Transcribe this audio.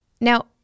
Now